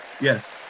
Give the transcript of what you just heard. Yes